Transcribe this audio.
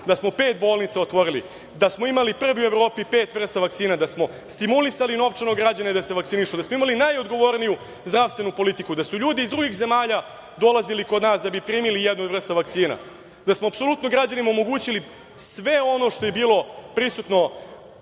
da smo pet bolnica otvorili, da smo imali prvi u Evropi pet vrsti vakcina, da smo stimulisali novčano građane da se vakcinišu, da smo imali najodgovorniju zdravstvenu politiku, da su ljudi iz drugih zemalja dolazili kod nas da bi primili jednu vrstu vakcina, da smo apsolutno građanima omogućili sve ono što je bilo prisutno